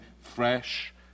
fresh